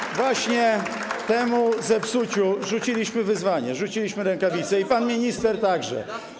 I właśnie temu zepsuciu rzuciliśmy wyzwanie, rzuciliśmy rękawice i pan minister także.